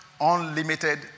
unlimited